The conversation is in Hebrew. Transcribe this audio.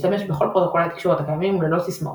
להשתמש בכל פרוטוקולי התקשורת הקיימים וללא סיסמאות,